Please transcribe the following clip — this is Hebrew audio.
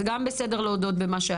זה גם בסדר להודות במה שהיה.